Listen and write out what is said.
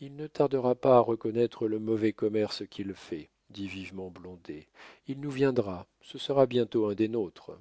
il ne tardera pas à reconnaître le mauvais commerce qu'il fait dit vivement blondet il nous viendra ce sera bientôt un des nôtres